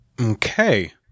Okay